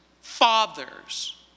fathers